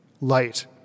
light